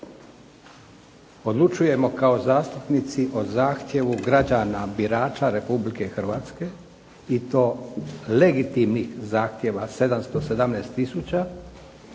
Odlučujemo kao zastupnici o zahtjevu građana birača Republike Hrvatske i to legitimnih zahtjeva 717